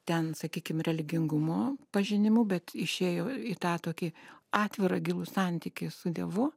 ten sakykim religingumo pažinimu bet išėjo į tą tokį atvirą gilų santykį su dievu